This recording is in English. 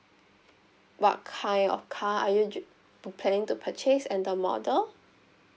what kind of car are you dri~ preparing to purchase and the model